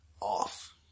off